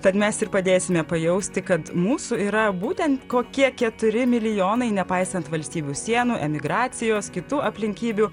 tad mes ir padėsime pajausti kad mūsų yra būtent kokie keturi milijonai nepaisant valstybių sienų emigracijos kitų aplinkybių